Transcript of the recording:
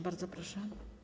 Bardzo proszę.